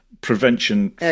prevention